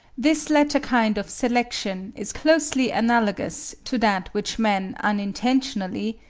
this latter kind of selection is closely analogous to that which man unintentionally,